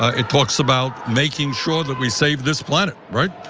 ah it talks about making sure that we save this planet, right?